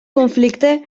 conflicte